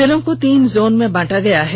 जिलों को तीन जोन में बांटा गया है